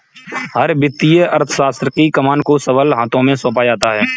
हर वित्तीय अर्थशास्त्र की कमान को सबल हाथों में सौंपा जाता है